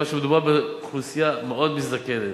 כיוון שמדובר באוכלוסייה מאוד מזדקנת.